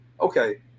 okay